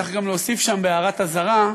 צריך גם להוסיף שם בהערת אזהרה,